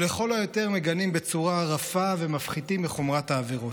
או לכל היותר מגנים בצורה רפה ומפחיתים מחומרת העבירות.